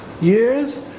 years